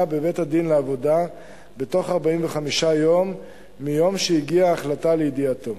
בבית-הדין לעבודה בתוך 45 יום מיום שהגיעה ההחלטה לידיעתו.